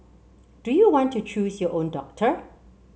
do you want to choose your own doctor